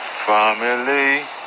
Family